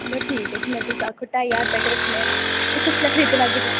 बस ठीक ऐ जि'यां तुस आक्खो ढाई ज्हार तक्कर रक्खने आं ते कदूं खरीदने गी आह्गे तुस